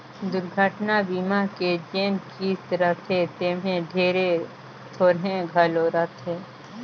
दुरघटना बीमा के जेन किस्त रथे तेम्हे ढेरे थोरहें घलो रहथे